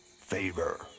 favor